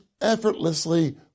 effortlessly